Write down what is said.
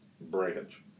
branch